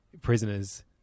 Prisoners